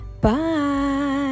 bye